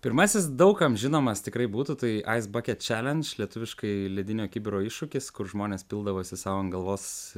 pirmasis daug kam žinomas tikrai būtų tai ice bucket challenge lietuviškai ledinio kibiro iššūkis kur žmonės pildavosi sau ant galvos